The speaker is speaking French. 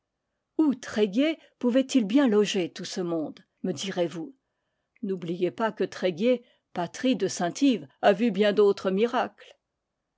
tréguier pouvait-il bien loger tout ce monde me direz-vous n'oubliez pas que tréguier patrie de saint yves a vu bien d'autres miracles